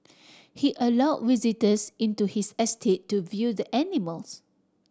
he allow visitors into his estate to view the animals